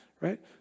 right